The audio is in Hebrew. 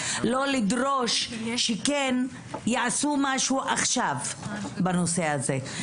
זה עדיין לא אומר שלא צריך לדרוש שכן יעשו משהו עכשיו בנושא זה.